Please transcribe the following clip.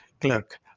clerk